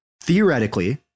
theoretically